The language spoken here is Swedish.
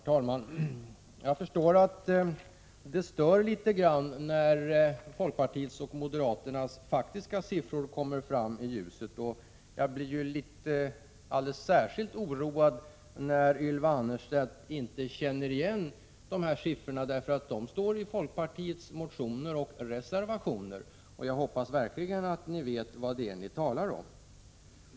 Herr talman! Jag förstår att det stör litet grand när folkpartiets och moderaternas faktiska siffror kommer fram i ljuset. Särskilt oroad blir jag när Ylva Annerstedt inte känner igen siffrorna. De står i folkpartiets motioner och reservationer, och jag hoppas verkligen att ni vet vad det är ni talar om.